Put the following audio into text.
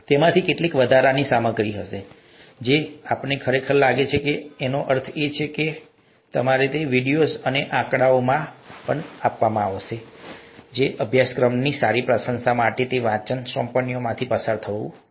તેમાંથી કેટલીક વધારાની સામગ્રી હશે તેમાંથી કેટલીક અમને ખરેખર લાગે છે તેનો અર્થ એ છે કે મને ખરેખર લાગે છે કે તમારે તે વિડિઓઝ અને તે આંકડાઓને વાંચવું અને અભ્યાસક્રમની સારી પ્રશંસા માટે તે વાંચન સોંપણીઓમાંથી પસાર થવું જોઈએ